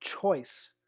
choice